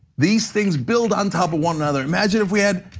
these things build on top of one another. imagine if we had,